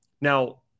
Now